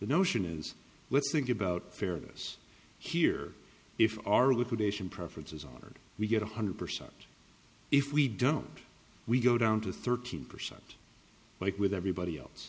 the notion is let's think about fairness here if our liquidation preference is honored we get one hundred percent if we don't we go down to thirteen percent like with everybody else